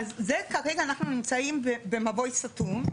אז זה כרגע אנחנו נמצאים במבוי סתום,